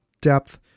depth